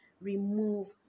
remove